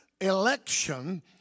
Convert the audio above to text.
election